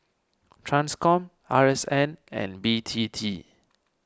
Transcom R S N and B T T